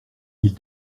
ils